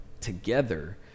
together